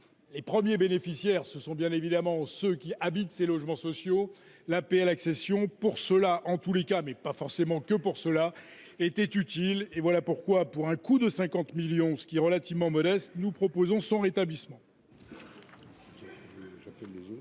les premiers bénéficiaires, ce sont bien évidemment ceux qui habitent ces logements sociaux l'APL accession pour cela en tous les cas, mais pas forcément que pour cela était utile et voilà pourquoi, pour un coût de 50 millions, ce qui est relativement modeste, nous proposons son rétablissement.